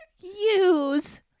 Use